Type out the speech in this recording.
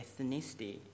ethnicity